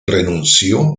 renunció